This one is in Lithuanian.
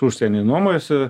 užsieny nuomojasi